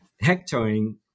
hectoring